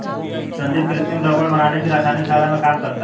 संदीप कृत्रिम रबड़ बनाने की रसायन शाला में काम करता है